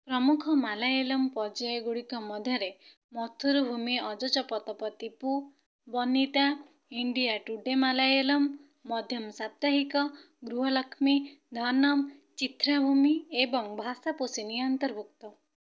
ପ୍ରମୁଖ ମାଲାୟାଲମ୍ ପର୍ଯ୍ୟାୟଗୁଡ଼ିକ ମଧ୍ୟରେ ମଥୁରୁଭୂମି ଅଜଚପତପତିପୁ ବନିତା ଇଣ୍ଡିଆ ଟୁଡ଼େ ମାଲାୟାଲମ୍ ମଧ୍ୟମ ସାପ୍ତାହିକ ଗୃହଲକ୍ଷ୍ମୀ ଧନମ ଚିଥ୍ରାଭୂମି ଏବଂ ଭାଷାପୋଷିନି ଅନ୍ତର୍ଭୁକ୍ତ